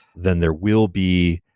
then there will be